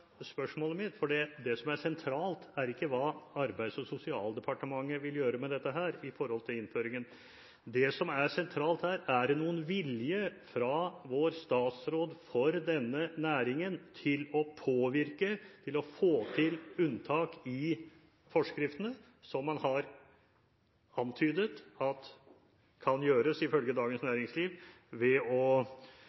spørsmålet mitt, fordi det som er sentralt, er ikke hva Arbeids- og sosialdepartementet vil gjøre med dette med tanke på innføringen. Det som er sentralt her, er om det er noen vilje fra vår statsråd for denne næringen til å påvirke, til å få til unntak i forskriftene, som man ifølge Dagens Næringsliv har antydet kan gjøres